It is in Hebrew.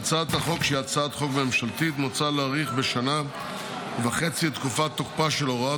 בהצעת החוק הממשלתית מוצע להאריך בשנה וחצי את תקופת תוקפה של הוראת